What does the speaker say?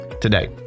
today